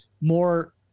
more